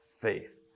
faith